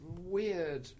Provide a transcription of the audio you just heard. weird